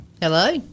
Hello